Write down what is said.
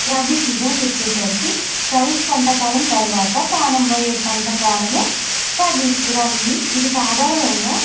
rabi season వచ్చేసరికి ఖరీఫ్ పంట కాలం తర్వాత ప్రారంభమం అయ్యే పోయే పంట కాలం తబీ రబీ ఇది సాధారణంగా